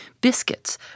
biscuits